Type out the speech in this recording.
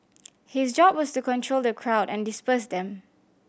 his job was to control the crowd and disperse them